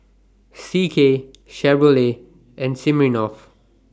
C K Chevrolet and Smirnoff